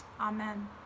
Amen